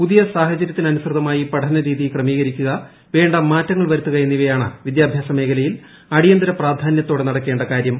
പുതിയ സാഹചര്യത്തിനമ്മൂസൃതമായി പഠനരീതി ക്രമീകരിക്കുക വേണ്ട മാറ്റങ്ങൾ പ്പർട്ടുത്തുക എന്നിവയാണ് വിദ്യാഭ്യാസ മേഖലയിൽ പ്രി്അട്ടിയ്ന്തര പ്രാധാനൃത്തോടെ നടക്കേണ്ട കാര്യം